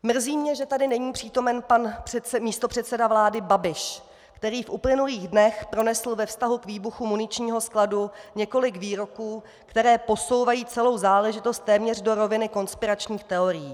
Mrzí mě, že tady není přítomen pan místopředseda vlády Babiš, který v uplynulých dnech pronesl ve vztahu k výbuchu muničního skladu několik výroků, které posouvají celou záležitost téměř do roviny konspiračních teorií.